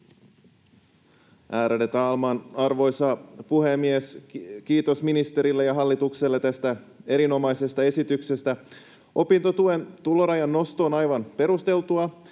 Ärade talman, arvoisa puhemies! Kiitos ministerille ja hallitukselle tästä erinomaisesta esityksestä. Opintotuen tulorajan nosto on aivan perusteltua.